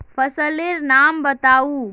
फसल लेर नाम बाताउ?